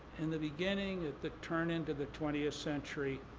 in the beginning, at the turn into the twentieth century,